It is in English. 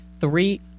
three